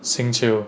xing qiu